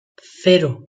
cero